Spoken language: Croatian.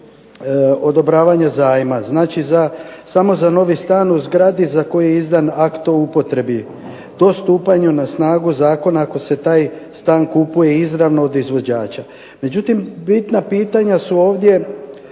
odobravanje zajma, dakle samo za novi stan u zgradi za koju je izdan akt o upotrebi, to stupanjem na snagu Zakona ako se taj stan kupuje izravno od izvođača. Međutim, bitna pitanja su ovdje